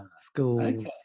schools